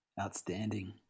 outstanding